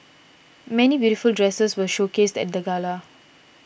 many beautiful dresses were showcased at the gala